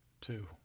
Two